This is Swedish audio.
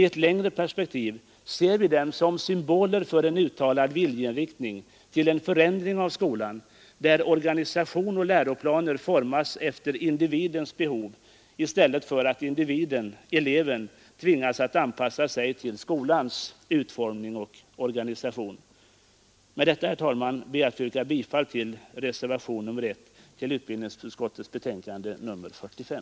I ett längre perspektiv ser vi dem som symboler för en uttalad viljeinriktning till en förändring av skolan, innebärande att organisation och läroplaner formas efter individens behov i stället för att individen — eleven — tvingas att anpassa sig till skolans utformning och organisation. Med detta, herr talman, ber jag att få yrka bifall till reservationen vid utbildningsutskottets betänkande nr 45.